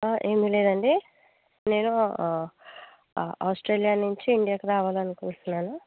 ఏమి లేదండి నేను ఆస్ట్రేలియా నుంచి ఇండియాకి రావాలనుకుంట్నాను